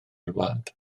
wlad